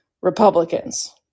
Republicans